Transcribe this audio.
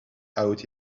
out